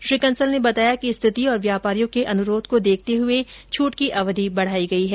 श्री कंसल ने बताया कि स्थिति और व्यापारियों के अनुरोध को देखते हुए छूट की अवधि बढ़ाई गई है